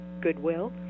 goodwill